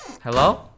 Hello